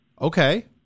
Okay